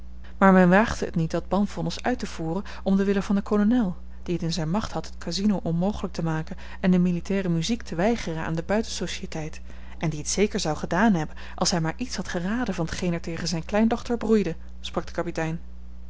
maar men waagde het niet dat banvonnis uit te voeren om den wille van den kolonel die t in zijne macht had het casino onmogelijk te maken en de militaire muziek te weigeren aan de buiten sociëteit en die t zeker zou gedaan hebben als hij maar iets had geraden van t geen er tegen zijne kleindochter broeide sprak de kapitein